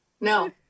No